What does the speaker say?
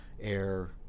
air